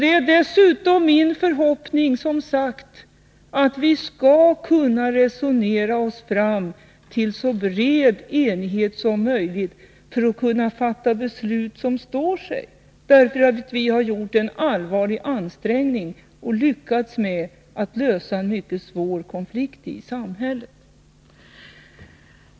Det är dessutom min förhoppning, som sagt, att vi skall kunna resonera oss fram till så bred enighet som möjligt för att kunna fatta beslut som står sig, därför att vi har gjort en allvarlig ansträngning och lyckats med att lösa en mycket svår konflikt i samhället.